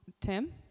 Tim